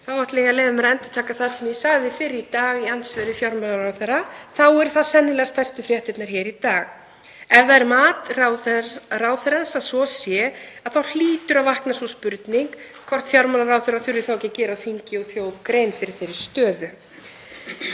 þá ætla ég að leyfa mér að endurtaka það sem ég sagði fyrr í dag í andsvörum við fjármálaráðherra: Þá eru það sennilega stærstu fréttirnar í dag. Ef það er mat ráðherrans að svo sé þá hlýtur að vakna sú spurning hvort fjármálaráðherra þurfi þá ekki að gera þingi og þjóð grein fyrir þeirri stöðu.